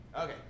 Okay